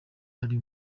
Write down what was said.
ari